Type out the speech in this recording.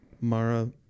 Mara